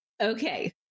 Okay